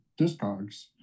discogs